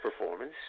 performance